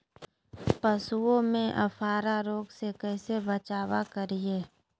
पशुओं में अफारा रोग से कैसे बचाव करिये?